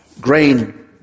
grain